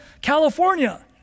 California